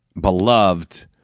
beloved